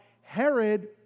Herod